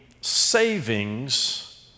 savings